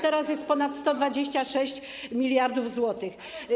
Teraz jest ponad 126 mld zł.